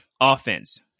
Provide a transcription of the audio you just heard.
offense